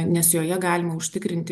nes joje galima užtikrinti